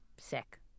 sick